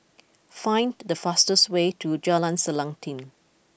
find the fastest way to Jalan Selanting